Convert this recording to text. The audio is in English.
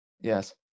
yes